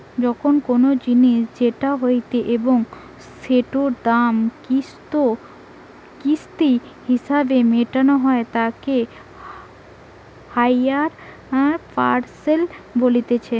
যখন কোনো জিনিস কেনা হতিছে এবং সেটোর দাম কিস্তি হিসেবে মেটানো হই তাকে হাইয়ার পারচেস বলতিছে